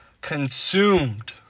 consumed